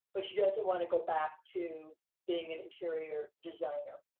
but she doesn't wanna go back to being an interior designer.